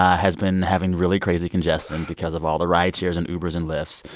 has been having really crazy congestion because of all the rideshares and ubers and lyfts.